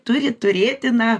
turi turėti na